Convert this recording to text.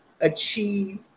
achieve